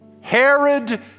Herod